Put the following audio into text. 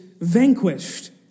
vanquished